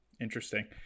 interesting